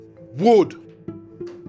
wood